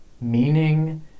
meaning